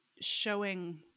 showing